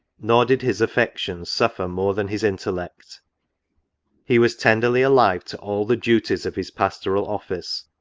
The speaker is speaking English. nor did his affections suffer more than his intellect he was tenderly alive to all the duties of his pastoral office